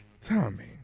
Tommy